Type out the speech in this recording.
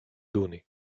données